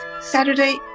Saturday